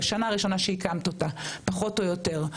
בשנה הראשונה שהקמת אותה פחות או יותר.